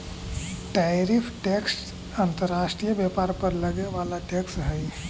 tariff tax अंतर्राष्ट्रीय व्यापार पर लगे वाला टैक्स हई